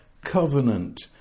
covenant